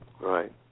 Right